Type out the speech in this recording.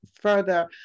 further